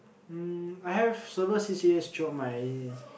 mm I have several c_c_as throughout my